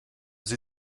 sie